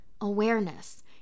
awareness